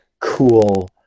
cool